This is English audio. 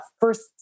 first